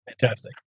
fantastic